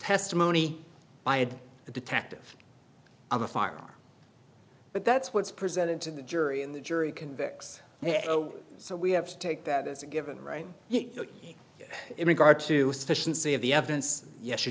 testimony by the detective on the firearm but that's what's presented to the jury and the jury convicts so we have to take that as a given right in regard to sufficient c of the evidence yes